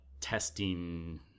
testing